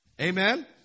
Amen